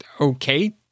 Okay